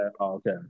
okay